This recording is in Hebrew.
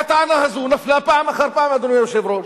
והטענה הזאת נפלה פעם אחר פעם, אדוני היושב-ראש.